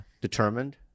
Determined